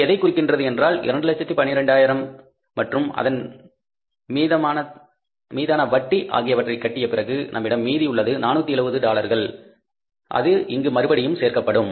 இது எதைக் குறிக்கிறது என்றால் 2 லட்சத்து 12 ஆயிரம் மற்றும் அதன் மீதான வட்டி ஆகியவற்றை கட்டிய பிறகு நம்மிடம் மீதி உள்ளது 470 டாலர்கள் அது இங்கு மறுபடியும் சேர்க்கப்படும்